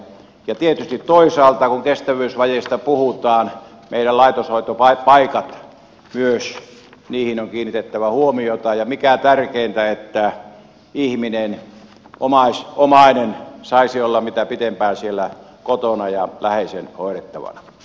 ja tietysti toisaalta kun kestävyysvajeesta puhutaan myös meidän laitoshoitopaikkoihin on kiinnitettävä huomiota ja mikä tärkeintä että ihminen omainen saisi olla pitempään siellä kotona ja läheisen hoidettavana